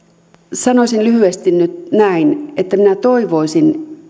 sanoisin lyhyesti nyt näin minä toivoisin